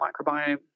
microbiome